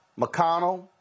McConnell